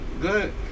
Good